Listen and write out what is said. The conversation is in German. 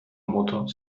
motor